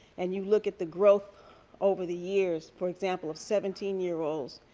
and you look at the growth over the years, for example, of seventeen year olds,